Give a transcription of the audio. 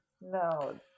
No